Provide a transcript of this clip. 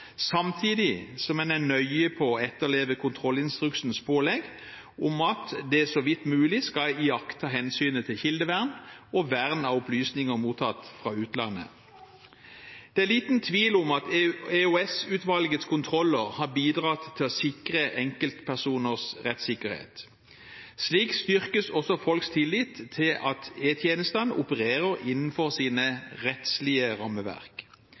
samtidig som en er nøye på å etterleve kontrollinstruksens pålegg om at det så vidt mulig skal iaktta hensynet til kildevern og vern av opplysninger mottatt fra utlandet. Det er liten tvil om at EOS-utvalgets kontroller har bidratt til å sikre enkeltpersoners rettssikkerhet. Slik styrkes også folks tillit til at E-tjenestene opererer innenfor sine rettslige rammeverk.